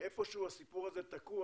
הסיפור הזה תקוע.